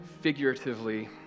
figuratively